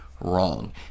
wrong